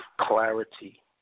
clarity